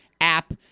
app